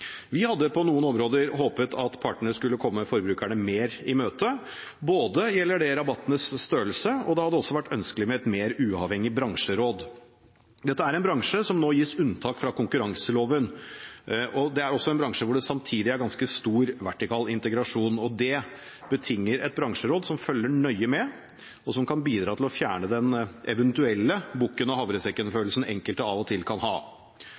Vi hadde på noen områder håpet at partene skulle komme forbrukerne mer i møte. Det gjelder rabattenes størrelse, og det hadde også vært ønskelig med et mer uavhengig bransjeråd. Dette er en bransje som nå gis unntak fra konkurranseloven, og hvor det samtidig er ganske stor vertikal integrasjon. Det betinger et bransjeråd som følger nøye med, og som kan bidra til å fjerne den eventuelle bukken og havresekken-følelsen enkelte av og til kan ha.